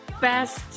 best